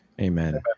Amen